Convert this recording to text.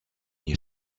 you